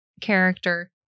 character